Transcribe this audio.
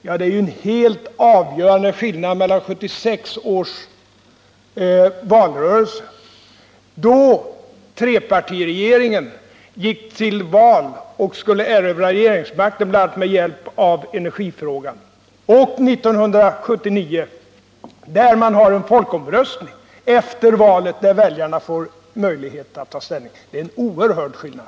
Men det är ju en helt avgörande skillnad mellan 1976 års valrörelse, då trepartiregeringen erövrade regeringsmakten bl.a. med hjälp av energifrågan, och de förhållanden som råder 1979, när människorna får ta ställning till energifrågan vid en folkomröstning efter valet. Det är en oerhört stor skillnad.